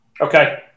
okay